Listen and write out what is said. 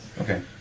Okay